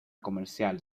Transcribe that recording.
comercial